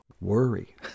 worry